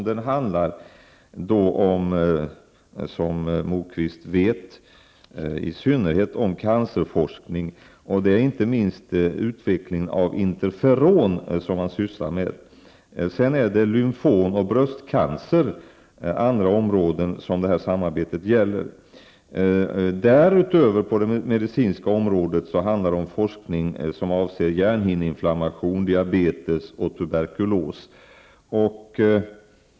Det gäller, som Moquist vet, i synnerhet cancerforskning, inte minst användningen av interferon. Samarbetet avser också områden som lymfom och bröstcancer. Det gäller vidare medicinsk forskning avseende hjärnhinneinflammation, diabetes och tuberkulos.